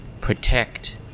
protect